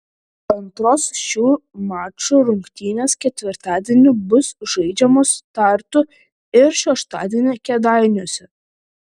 antros šių mačų rungtynės ketvirtadienį bus žaidžiamos tartu ir šeštadienį kėdainiuose